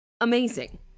amazing